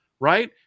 Right